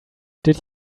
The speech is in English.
did